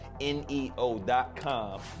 N-E-O.com